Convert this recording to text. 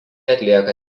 atlieka